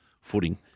footing